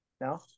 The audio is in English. No